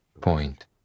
point